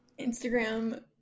Instagram